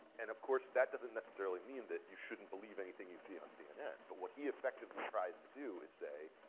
and of course that doesn't necessarily mean that you shouldn't believe anything you see on cnn. but what he effectively tries to do is say,